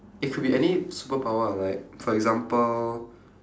it could be any superpower ah like for example